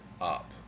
up